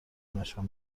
نشان